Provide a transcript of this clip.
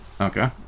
Okay